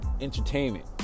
entertainment